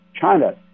China